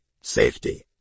safety